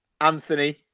Anthony